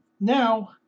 now